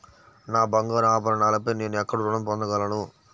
నా బంగారు ఆభరణాలపై నేను ఎక్కడ రుణం పొందగలను?